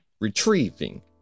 Retrieving